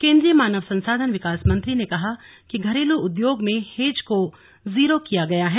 केंद्रीय मानव संसाधन विकास मंत्री ने कहा कि घरेलू उद्योग में हेज को जीरो किया गया है